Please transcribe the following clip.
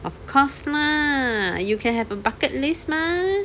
of course lah you can have a bucket list mah